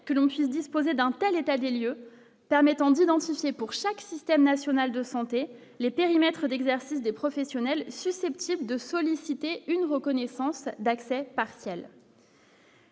que l'on puisse disposer d'un untel, état des lieux permettant d'identifier pour chaque système national de santé, les périmètres d'exercice des professionnels susceptibles de solliciter une reconnaissance d'accès partiel.